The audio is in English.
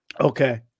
okay